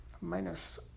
minus